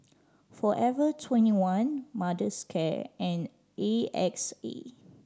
Forever Twenty One Mother's Care and A X A